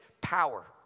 power